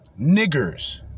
niggers